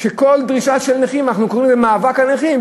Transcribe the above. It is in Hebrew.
שכל דרישה של נכים אנחנו קוראים לה מאבק הנכים,